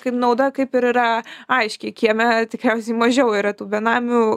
kaip nauda kaip ir yra aiški kieme tikriausiai mažiau yra tų benamių